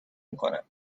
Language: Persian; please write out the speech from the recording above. میکنم